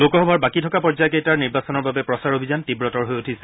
লোকসভাৰ বাকী থকা পৰ্যায় কেইটাৰ নিৰ্বাচনৰ বাবে প্ৰচাৰ অভিযান তীৱতৰ হৈ উঠিছে